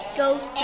goes